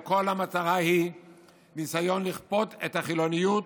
כל המטרה היא ניסיון לכפות את החילוניות